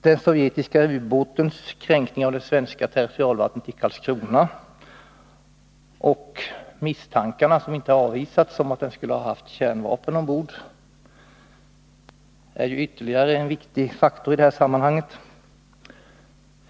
Den sovjetiska ubåtens kränkning av svenskt territorialvatten vid Karlskrona och misstanken, som inte har avvisats, om att den skulle ha haft kärnvapen ombord är ytterligare en viktig faktor i detta sammanhang.